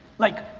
like,